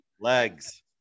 Legs